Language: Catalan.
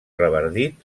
revardit